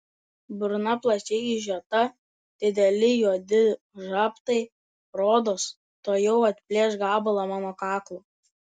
burna plačiai išžiota dideli juodi žabtai rodos tuojau atplėš gabalą mano kaklo